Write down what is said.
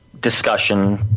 discussion